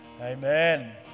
Amen